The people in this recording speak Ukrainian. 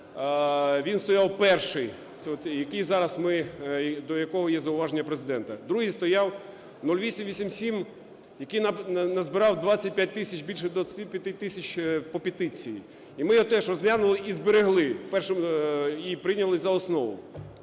він стояв перший, до якого є зауваження Президента. Другий стояв 0887, який назбирав 25 тисяч, більше 25 тисяч по петиції, і ми його теж розглянули і зберегли, і прийняли за основу.